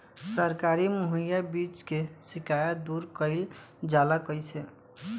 सरकारी मुहैया बीज के शिकायत दूर कईल जाला कईसे?